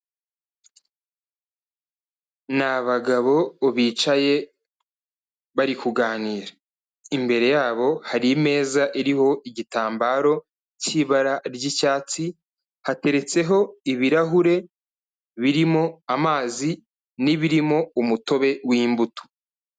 Ni abagabo bicaye, bari kuganira, imbere yabo hari imeza iriho igitambaro cy'ibara ry'icyatsi, hateretseho ibirahure birimo amazi n'ibirimo umutobe w'imbuto.